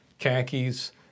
khakis